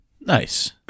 Nice